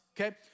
okay